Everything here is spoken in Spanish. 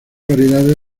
variedades